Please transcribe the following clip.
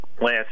last